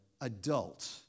adult